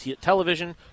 television